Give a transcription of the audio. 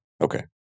Okay